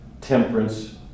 temperance